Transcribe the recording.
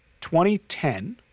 2010